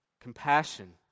Compassion